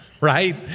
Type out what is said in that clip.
Right